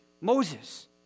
Moses